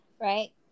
right